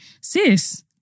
Sis